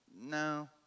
no